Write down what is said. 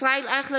ישראל אייכלר,